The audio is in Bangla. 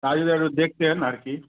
কাজগুলো একটু দেখতেন আর কি